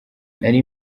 nari